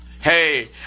Hey